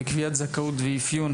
וקביעת זכאות ואפיון